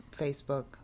Facebook